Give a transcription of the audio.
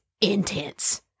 intense